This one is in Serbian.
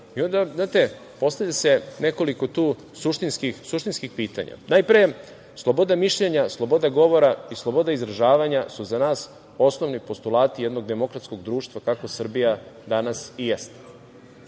se onda tu postavlja nekoliko suštinskih pitanja. Najpre, sloboda mišljenja, sloboda govora i sloboda izražavanja su za nas osnovni postulati jednog demokratskog društva kakvo Srbija danas i jeste. Ako